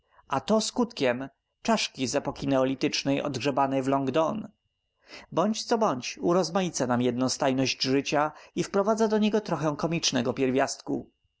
a to skutkiem czaszki z epoki neolitycznej odgrzebanej w long dawn bądź co bądź urozmaica nam jednostajność życia i wprowadza do niego trochę komicznego pierwiastku